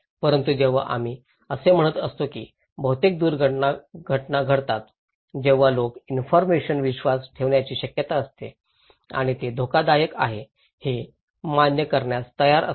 परंतु जेव्हा आम्ही असे म्हणत असतो की बहुतेक दुर्घटना घडतात तेव्हा लोक इन्फॉरमेशनवर विश्वास ठेवण्याची शक्यता असते आणि हे धोकादायक आहे हे मान्य करण्यास तयार असतात